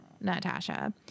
Natasha